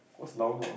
what's lao nua ah